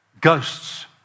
ghosts